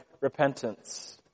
repentance